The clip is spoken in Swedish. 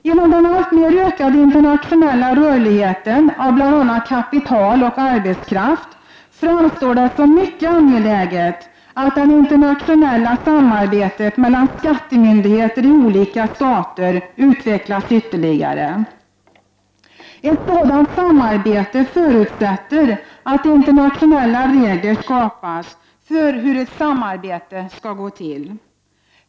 Genom den alltmer ökade internationella rörligheten för bl.a. kapital och arbetskraft framstår det som mycket angeläget att det internationella samarbetet mellan skattemyndigheter i olika stater utvecklas ytterligare. Ett sådant samarbete förutsätter att internationella regler skapas för hur ett samarbete skall gå till.